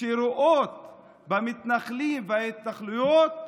שרואות במתנחלים ובהתנחלויות